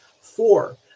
four